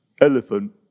Elephant